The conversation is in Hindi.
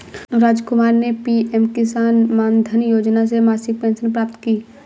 रामकुमार ने पी.एम किसान मानधन योजना से मासिक पेंशन प्राप्त की